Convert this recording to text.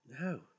No